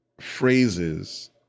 phrases